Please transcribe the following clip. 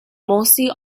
mostly